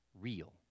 real